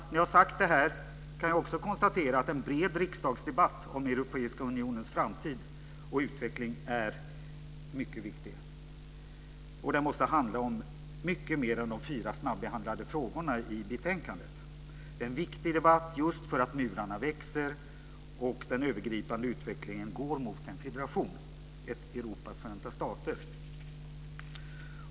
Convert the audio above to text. När jag har sagt detta kan jag också konstatera att en bred riksdagsdebatt om europeiska unionens framtid och utveckling är mycket viktig. Den måste handla om mycket mer än de fyra snabbehandlade frågorna i betänkandet. Det är en viktig debatt just för att murarna växer, och den övergripande utvecklingen går mot en federation - ett Europas förenta stater.